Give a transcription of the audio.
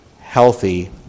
healthy